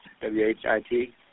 W-H-I-T